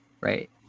right